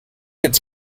its